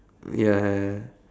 ya